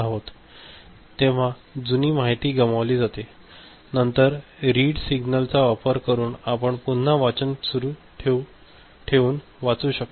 तेव्हा जुनी माहिती गमावली जाते नंतर रीड सिग्नलचा वापर करून आपण पुन्हा वाचन सुरू ठेवून वाचू शकता